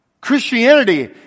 Christianity